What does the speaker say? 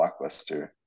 blockbuster